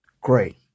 Great